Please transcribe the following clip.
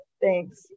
Thanks